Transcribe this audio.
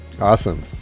awesome